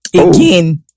again